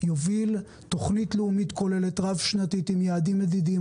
יוביל תוכנית לאומית כוללת רב-שנתית עם יעדים מדידים.